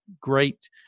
great